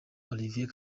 olivier